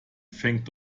fängt